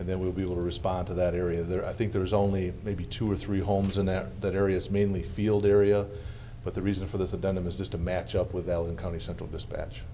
and then we'll be able to respond to that area there i think there is only maybe two or three homes in there that area's mainly field area but the reason for this the denim is just to match up with allen county central dispatch